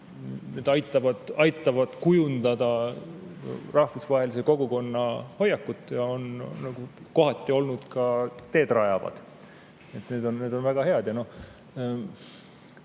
Need aitavad kujundada rahvusvahelise kogukonna hoiakut ja on kohati olnud ka teedrajavad. Need on väga head. Ma